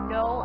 no